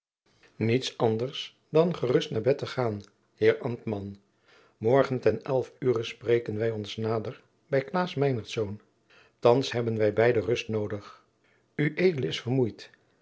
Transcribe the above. niets anders dan gerust naar bed te gaan heer ambtman morgen ten elf ure spreken wij ons nader bij klaas meinertz thands hebben wij beide rust noodig ued is vermoeid